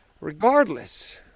regardless